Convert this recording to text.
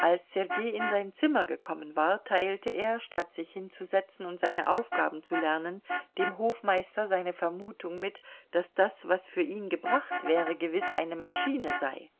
als sergei in sein zimmer gekommen war teilte er statt sich hinzusetzen und seine aufgaben zu lernen dem hofmeister seine vermutung mit daß das was für ihn gebracht wäre gewiß eine maschine sei